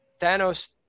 Thanos